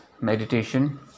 meditation